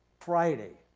friday,